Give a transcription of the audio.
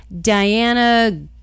Diana